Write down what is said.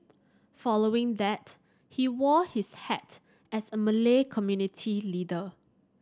following that he wore his hat as a Malay community leader